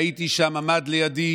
והייתי שם, ועמד לידי